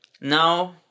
now